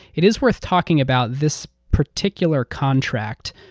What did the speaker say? it is worth talking about this particular contract.